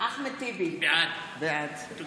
אחמד טיבי, בעד